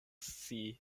scii